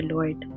Lord